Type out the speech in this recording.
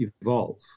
evolve